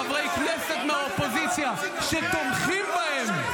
-- חברי כנסת מהאופוזיציה שתומכים בהם,